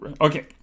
Okay